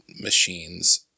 machines